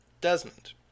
desmond